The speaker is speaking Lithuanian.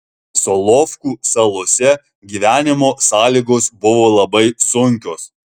solovkų salose gyvenimo sąlygos buvo labai sunkios